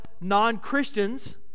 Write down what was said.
non-christians